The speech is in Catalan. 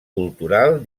cultural